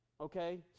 Okay